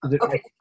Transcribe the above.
okay